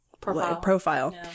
profile